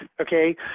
Okay